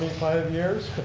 five years?